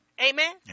Amen